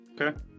okay